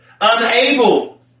unable